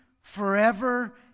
forever